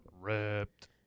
ripped